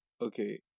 okay